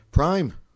Prime